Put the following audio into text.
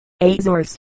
Azores